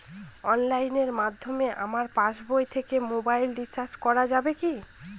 অনলাইনের মাধ্যমে আমার পাসবই থেকে মোবাইল রিচার্জ করা যাবে কি?